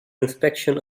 inspection